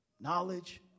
knowledge